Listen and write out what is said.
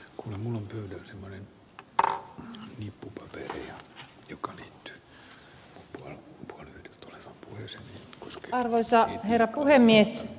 kun mulle semmonen juttu joka oli myös kuski arvoisa herra puhemies